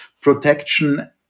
protection